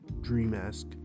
dream-esque